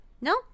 no